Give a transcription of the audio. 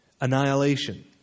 annihilation